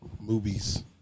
movies